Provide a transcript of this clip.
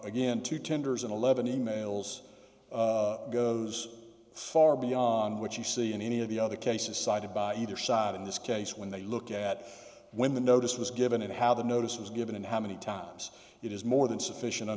again to tenders and eleven e mails goes far beyond what you see in any of the other cases cited by either side in this case when they look at when the notice was given and how the notice was given and how many times it is more than sufficient o